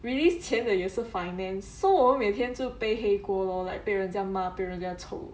release 钱的也是 finance so 我们每天就背黑锅咯 like 被人家骂别人家丑